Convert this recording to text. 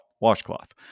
washcloth